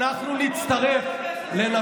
לא היית שר ביטחון,